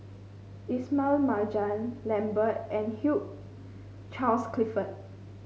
Ismail Marjan Lambert and Hugh Charles Clifford